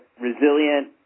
resilient